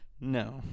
No